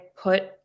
put